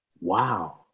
Wow